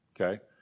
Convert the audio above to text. okay